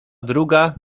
druga